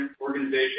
organization